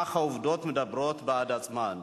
אך העובדות מדברות בעד עצמן.